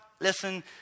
Listen